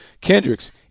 Kendricks